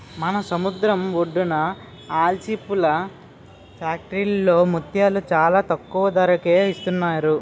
మన సముద్రం ఒడ్డున ఆల్చిప్పల ఫ్యాక్టరీలో ముత్యాలు చాలా తక్కువ ధరకే ఇస్తున్నారు